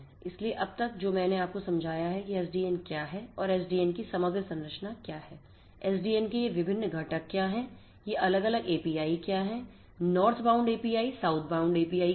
इसलिए अब तक जो मैंने आपको समझाया है कि एसडीएन क्या है और एसडीएन की समग्र संरचना क्या है एसडीएन के ये विभिन्न घटक क्या हैं ये अलग अलग एपीआई क्या हैं नॉर्थबाउंड एपीआई और साउथबाउंड एपीआई क्या है